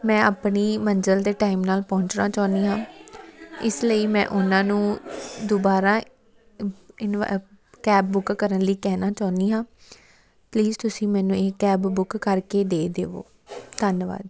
ਮੈਂ ਆਪਣੀ ਮੰਜ਼ਿਲ 'ਤੇ ਟਾਈਮ ਨਾਲ ਪਹੁੰਚਣਾ ਚਾਹੁੰਦੀ ਹਾਂ ਇਸ ਲਈ ਮੈਂ ਉਹਨਾਂ ਨੂੰ ਦੁਬਾਰਾ ਇਨ ਕੈਬ ਬੁੱਕ ਕਰਨ ਲਈ ਕਹਿਣਾ ਚਾਹੁੰਦੀ ਹਾਂ ਪਲੀਜ਼ ਤੁਸੀਂ ਮੈਨੂੰ ਇਹ ਕੈਬ ਬੁੱਕ ਕਰਕੇ ਦੇ ਦੇਵੋ ਧੰਨਵਾਦ